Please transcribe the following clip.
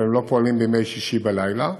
אבל הם לא פועלים בימי שישי בלילה.